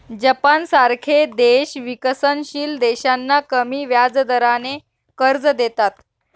जपानसारखे देश विकसनशील देशांना कमी व्याजदराने कर्ज देतात